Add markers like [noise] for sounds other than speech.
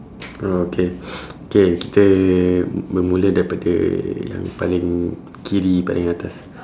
oh okay [noise] K kita bermula daripada yang paling kiri paling atas